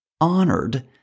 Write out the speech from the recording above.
honored